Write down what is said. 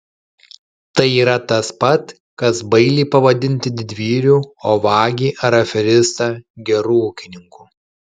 tai yra tas pat kas bailį pavadinti didvyriu o vagį ar aferistą geru ūkininku